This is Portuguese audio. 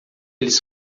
eles